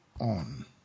on